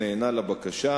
מר מיטשל נענה לבקשה,